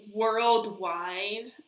worldwide